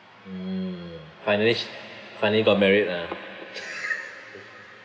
mm finally finally got married ah